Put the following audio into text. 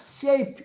shape